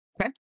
Okay